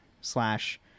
slash